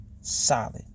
solid